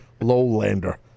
Lowlander